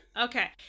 Okay